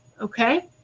okay